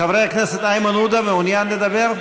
חבר הכנסת איימן עודה, מעוניין לדבר?